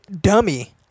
Dummy